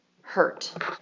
hurt